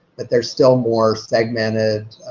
but they're still more segmented,